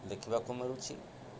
ଦେଖିବାକୁ ମିଳୁଛି